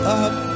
up